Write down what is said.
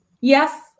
Yes